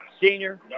Senior